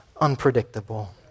unpredictable